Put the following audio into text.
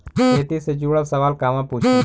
खेती से जुड़ल सवाल कहवा पूछी?